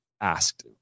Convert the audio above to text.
asked